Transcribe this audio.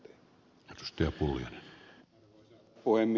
arvoisa puhemies